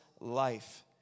life